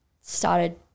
started